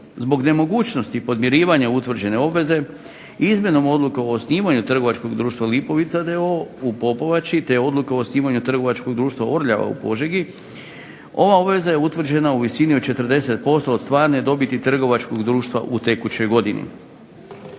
Zbog nemogućnosti podmirivanja utvrđene obveze i izmjenom odluke o osnivanju trgovačkog društva "Lipovica" d.o.o. u Popovači, te odluka o osnivanju trgovačkog društva Orljava u Požegi ova obveza je utvrđena u visini od 40% od stvarne dobiti trgovačkog društva u tekućoj godini.